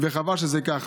וחבל שזה כך.